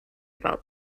about